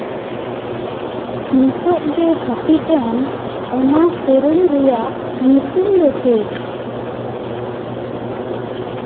ᱱᱤᱛᱚᱜ ᱜᱮ ᱦᱟᱹᱯᱤᱫ ᱮᱱ ᱚᱱᱟ ᱥᱮᱨᱮᱧ ᱨᱮᱭᱟᱜ ᱧᱩᱛᱩᱢ ᱫᱚ ᱪᱮᱫ